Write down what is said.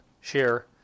share